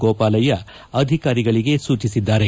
ಗೋಪಾಲಯ್ಯ ಅಧಿಕಾರಿಗಳಿಗೆ ಸೂಚಿಸಿದ್ದಾರೆ